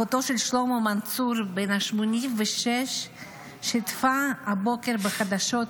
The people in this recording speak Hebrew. אחותו של שלמה מנצור בן ה-86 שיתפה הבוקר בחדשות